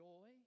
Joy